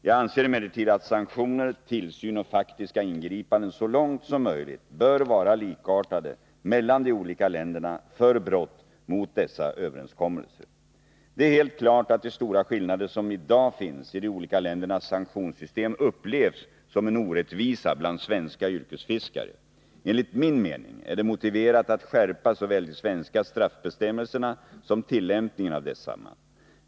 Jag anser emellertid att sanktioner, tillsyn och faktiska ingripanden så långt som möjligt bör vara likartade mellan de olika länderna för brott mot dessa överenskommelser. Det är helt klart att de stora skillnader som i dag finns i de olika ländernas sanktionssystem upplevs som en orättvisa bland svenska yrkesfiskare. Enligt min mening är det motiverat att skärpa såväl de svenska straffbestämmelserna som tillämpningen av desamma.